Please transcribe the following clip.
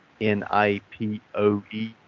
n-i-p-o-e